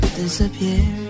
disappear